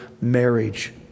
marriage